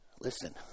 Listen